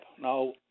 Now